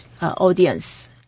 audience